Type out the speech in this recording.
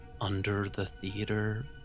under-the-theater